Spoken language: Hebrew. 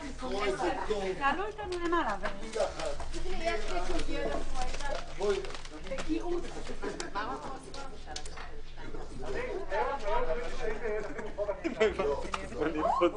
13:40.